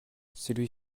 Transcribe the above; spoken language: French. celui